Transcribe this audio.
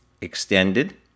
extended